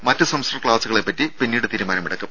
മറ്റ് സെമസ്റ്റർ ക്ലാസുകളെ പറ്റി പിന്നീട് തീരുമാനമെടുക്കും